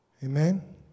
Amen